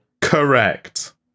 Correct